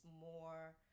more